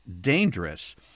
dangerous